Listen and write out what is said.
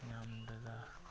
ᱧᱟᱢ ᱞᱮᱫᱟ